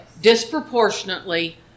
Disproportionately